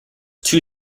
two